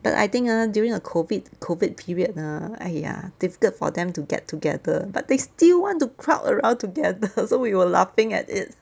but I think ah during the COVID COVID period ah !aiya! difficult for them to get together but they still want to crowd around together so we were laughing at it